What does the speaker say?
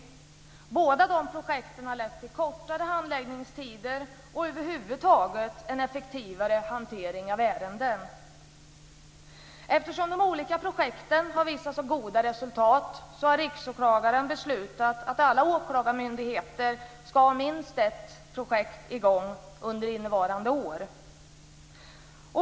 Båda de projekten har lett till kortare handläggningstider och över huvud taget en effektivare hantering av ärenden. Eftersom de olika projekten har visat så goda resultat har Riksåklagaren beslutat att alla åklagarmyndigheter ska ha minst ett projekt i gång under innevarande år.